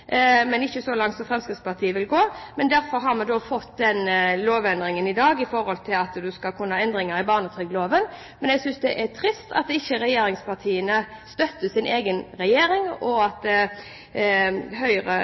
men ikke så langt som Fremskrittspartiet vil gå. Derfor har vi fått lovendringen i dag som gjelder endringer i barnetrygdloven. Men jeg synes det er trist at ikke regjeringspartiene støtter sin egen regjering, og at Høyre